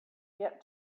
get